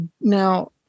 Now